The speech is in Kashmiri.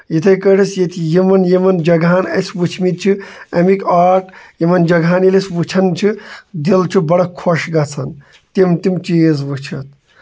یِتھٕے کٲٹھۍ ٲسۍ ییٚتہِ یِمن یِمن جگہن اَسہِ وٕچھمٕتۍ چھٕ اَمِکۍ آٹ یِمن جگہن ییٚلہِ أسۍ وٕچھان چھٕ دِل چھُ بَڑٕ خۄش گژھان تِم تِم چیٖز وٕچھِتھ